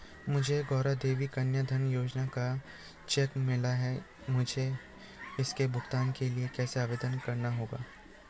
मुझे गौरा देवी कन्या धन योजना का चेक मिला है मुझे इसके भुगतान के लिए कैसे आवेदन करना होगा?